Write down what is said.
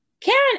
Karen